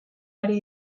ari